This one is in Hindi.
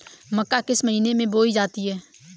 मक्का किस महीने में बोई जाती है?